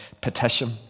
petition